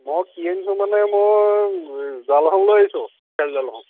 মই কি আনিছো মানে মই জাল এখন লৈ আনিছোঁ খেয়ালি জাল এখন